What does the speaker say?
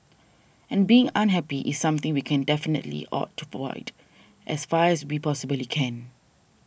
and being unhappy is something we can definitely ought to avoid as far as we possibly can